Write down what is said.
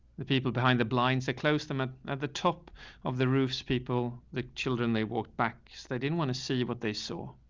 the people behind the blinds, they close them at, at the top of the roofs. people that children, they walked back, so they didn't want to see what they saw.